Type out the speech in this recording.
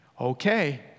Okay